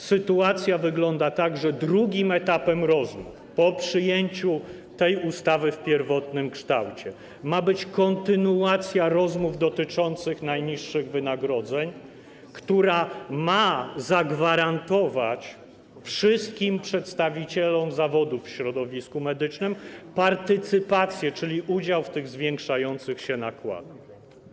Sytuacja wygląda tak, że drugim etapem rozmów po przyjęciu tej ustawy w pierwotnym kształcie ma być kontynuacja rozmów dotyczących najniższych wynagrodzeń, które mają zagwarantować wszystkim przedstawicielom zawodów w środowisku medycznym partycypację, czyli udział w tych zwiększających się nakładach.